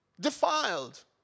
defiled